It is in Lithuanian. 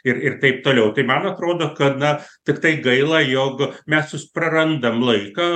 ir ir taip toliau tai man atrodo kad na tiktai gaila jog mes prarandam laiką